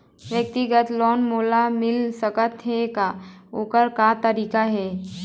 व्यक्तिगत लोन मोल मिल सकत हे का, ओकर का तरीका हे?